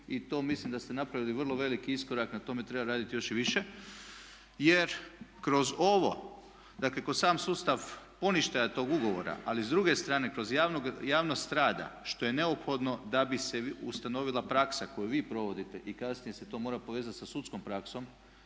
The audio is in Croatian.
i to mislim da ste napravili vrlo veliki iskorak, na tome treba raditi još i više. Jer kroz ovo, dakle kroz sam sustav poništaja tog ugovora ali s druge strane kroz javnost rada što je neophodno da bi se ustanovila praksa koju vi provodite i kasnije se to mora povezati sa sudskom praksom